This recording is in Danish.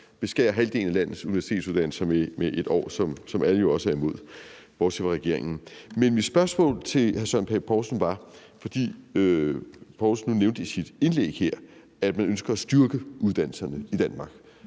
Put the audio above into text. beskærer halvdelen af landets universitetsuddannelser med 1 år, som alle jo også er imod – bortset fra regeringen. Hr. Søren Pape Poulsen nævnte i sit indlæg her, at man ønsker at styrke uddannelserne i Danmark